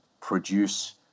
produce